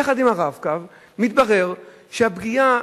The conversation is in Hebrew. יחד עם ה"רב-קו", מתברר, שהפגיעה,